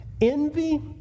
Envy